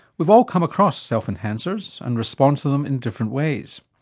we've all come across self-enhancers and respond to them in different ways.